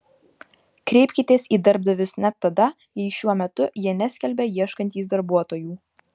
kreipkitės į darbdavius net tada jei šiuo metu jie neskelbia ieškantys darbuotojų